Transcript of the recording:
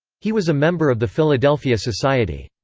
he was a member of the philadelphia society.